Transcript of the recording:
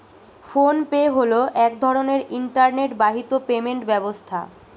phone pay হলো এক ধরনের ইন্টারনেট বাহিত পেমেন্ট ব্যবস্থা